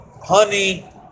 Honey